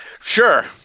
Sure